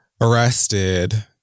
arrested